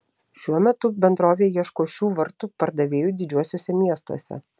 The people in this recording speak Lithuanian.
šiuo metu bendrovė ieško šių vartų pardavėjų didžiuosiuose miestuose